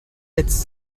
jetzt